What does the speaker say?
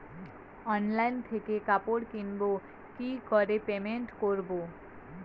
Online থেকে কাপড় কিনবো কি করে পেমেন্ট করবো?